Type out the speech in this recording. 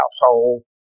household